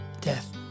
death